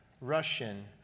Russian